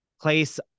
place